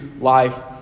life